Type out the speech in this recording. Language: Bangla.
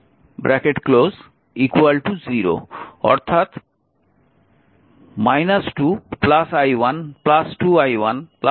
অর্থাৎ 2 i1 2i1 20 0